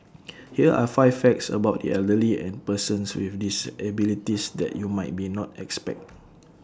here are five facts about the elderly and persons with disabilities that you might be not expect